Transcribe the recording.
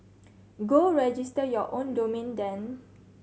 go register your own domain then